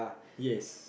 yes